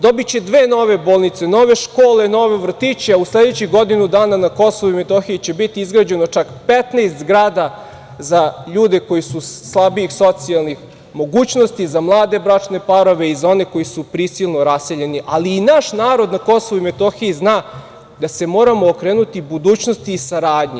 Dobiće dve nove bolnice, nove škole, nove vrtiće, a u sledećih godinu dana na KiM će biti izgrađeno čak 15 zgrada za ljude koji su slabijih socijalnih mogućnosti, za mlade bračne parove i za one koji su prisilno raseljeni, ali i naš narod na KiM zna da se moramo okrenuti budućnosti i saradnji.